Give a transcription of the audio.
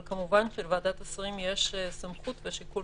אבל כמובן שלוועדת השרים יש סמכות ושיקול